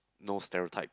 no stereotype